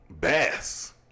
bass